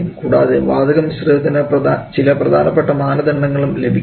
കൂടാതെ വാതക മിശ്രിതത്തിന് ചില പ്രധാനപ്പെട്ട മാനദണ്ഡങ്ങളും ലഭിക്കുന്നു